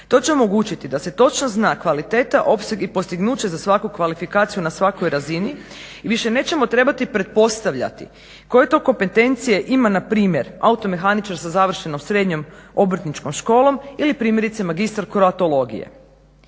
To će omogućiti da se točno zna kvaliteta, opseg i postignuće za svaku kvalifikaciju na svakoj razini. Više nećemo pretpostavljati koje to kompetencije ima na primjer auto mehaničar sa završenom srednjom Obrtničkom školom ili primjerice magistar kroatologije.